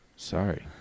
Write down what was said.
Sorry